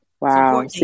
Wow